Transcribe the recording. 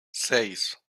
seis